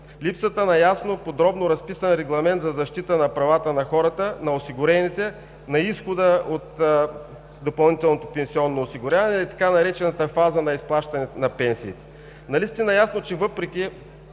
липсата на ясно, подробно разписан регламент за защита на правата на хората, на осигурените, на изхода от допълнителното пенсионно осигуряване и е така наречената „фаза на изплащане на пенсиите“. Нали сте наясно, че въпреки